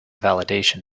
validation